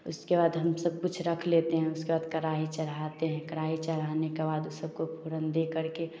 उसके बाद हम सब कुछ रख लेते हैं उसके बाद कढ़ाई चढ़ाते हैं कढ़ाई चढ़ाने के बाद उ सबको फ़ोरन दे करके